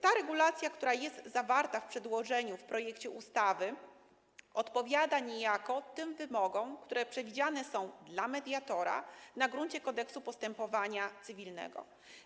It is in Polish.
Ta regulacja, która jest zawarta w przedłożeniu, w projekcie ustawy, odpowiada niejako tym wymogom, które są przewidziane dla mediatora na gruncie Kodeksu postępowania cywilnego.